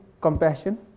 compassion